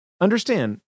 Understand